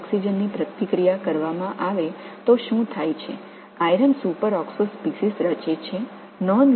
ஆக்ஸிஜனுடன் உடனடியாக வினைபுரிந்தவுடன் இரும்பு சூப்பராக்ஸோ இனங்கள் உருவாகின்றன